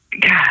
god